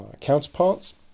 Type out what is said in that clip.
counterparts